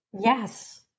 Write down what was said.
yes